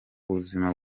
buzima